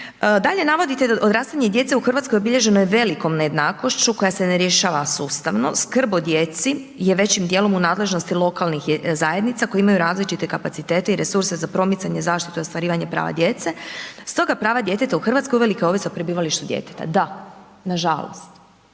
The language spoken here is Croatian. Dalje navodite da odrastanje djece u Hrvatskoj, obilježeno je velikom nejednakošću, koja se ne rješava sustavno. Skrb o djeci je većim dijelom u nadležnosti lokalnih zajednica, koje imaju različite kapacitete i resurse za promicanje zaštite i ostvarivanje prava djece, stoga prava djeteta u Hrvatskoj, uvelike ovise o prebivalištu djeteta. Da nažalost,